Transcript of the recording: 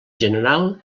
general